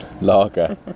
lager